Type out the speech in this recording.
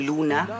Luna